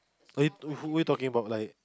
who you talking about like